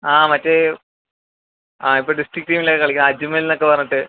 ആ മറ്റേ ആ ഇപ്പോൾ ഡിസ്ട്രിക്ട് ടീമിൽ കളിക്കുന്ന അജ്മൽ എന്നൊക്കെ പറഞ്ഞിട്ട്